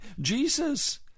Jesus